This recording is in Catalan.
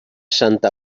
santa